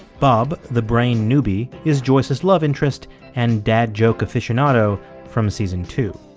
bob the brain newby is joyce's love interest and dad joke aficionado from season two